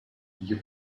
you